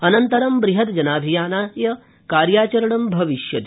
अनन्तरम् बृहद् जनाभियानाय कार्याचरणं भविष्यति